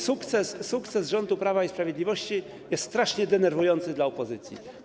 Sukces rządu Prawa i Sprawiedliwości jest strasznie denerwujący dla opozycji.